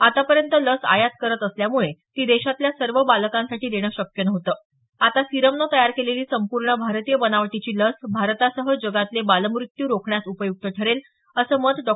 आतापर्यंत लस आयात करत असल्यामुळे ती देशातल्या सर्व बालकांसाठी देणं शक्य नव्हतं आता सीरमनं तयार केलेली संपूर्ण भारतीय बनावटीची लस भारतासह जगातले बालमृत्यू रोखण्यास उपयुक्त ठरेल असं मत डॉ